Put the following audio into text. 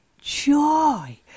joy